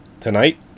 Tonight